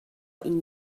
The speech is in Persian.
این